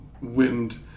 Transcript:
Wind